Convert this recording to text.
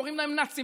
קוראים להם "נאצים",